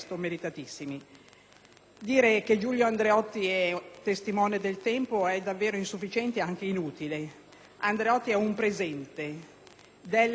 Dire che Giulio Andreotti sia un testimone del tempo è davvero insufficiente e anche inutile. Andreotti è un "presente" del e nel tempo;